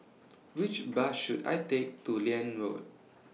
Which Bus should I Take to Liane Road